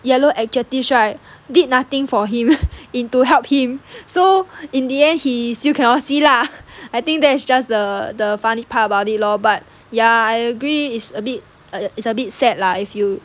yellow adjectives right did nothing for him in to help him so in the end he still cannot see lah I think that's just the the funny part about it lor but ya I agree is a bit a bit sad lah if you